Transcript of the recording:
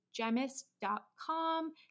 gemist.com